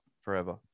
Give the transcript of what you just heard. forever